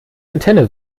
antenne